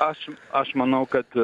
aš aš manau kad